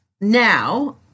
Now